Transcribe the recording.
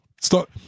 start